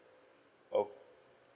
oh